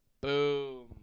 Boom